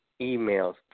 emails